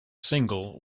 single